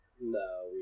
No